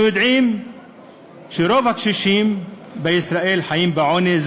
יודעים שרוב הקשישים בישראל חיים בעוני.